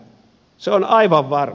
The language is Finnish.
se on aivan varma